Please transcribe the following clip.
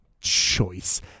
choice